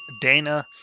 dana